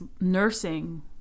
nursing